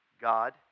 God